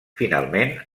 finalment